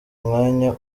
umwanya